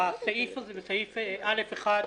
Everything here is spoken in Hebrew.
בפסקה (א)(1)